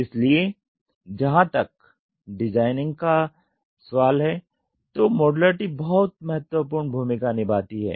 इसलिए जहां तक डिज़ाइनिंग का सवाल है तो मॉड्यूलरिटी बहुत महत्वपूर्ण भूमिका निभाती है